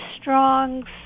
strong